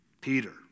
Peter